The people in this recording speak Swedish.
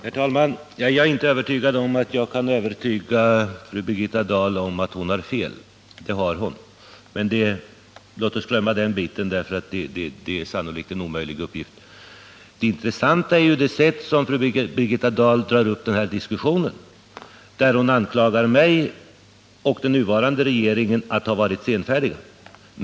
Herr talman! Jag är inte övertygad om att jag kan övertyga fru Birgitta Dahl om att hon har fel, men det har hon. Låt oss glömma den biten, för det är sannolikt en omöjlig uppgift. Det intressanta är det sätt som fru Birgitta Dahl drar upp den här diskussionen på. Hon beskyller mig och den nuvarande regeringen för att ha varit senfärdiga.